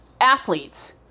athletes